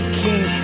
king